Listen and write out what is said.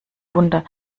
wunder